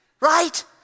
right